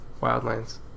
wildlands